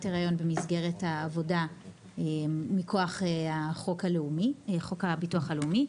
הריון במסגרת העבודה מכוח חוק הביטוח הלאומי,